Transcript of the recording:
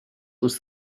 was